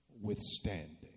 withstanding